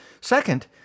Second